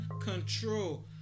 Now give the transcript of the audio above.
control